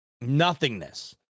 nothingness